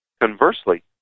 Conversely